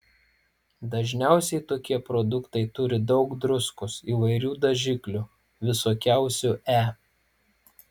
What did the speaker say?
dažniausiai tokie produktai turi daug druskos įvairių dažiklių visokiausių e